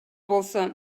болсо